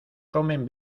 comen